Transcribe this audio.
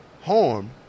harm